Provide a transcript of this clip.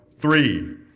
three